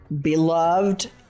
beloved